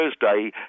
Thursday